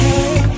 Hey